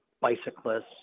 bicyclists